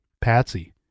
Patsy